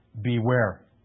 Beware